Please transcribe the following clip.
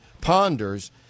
ponders